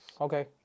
okay